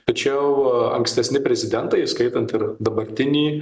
tačiau ankstesni prezidentai įskaitant ir dabartinį